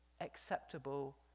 acceptable